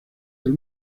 del